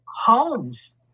homes